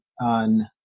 on